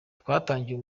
twatangiye